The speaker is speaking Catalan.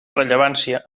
rellevància